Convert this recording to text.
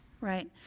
right